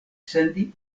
sendi